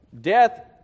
death